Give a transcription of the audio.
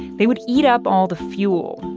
they would eat up all the fuel.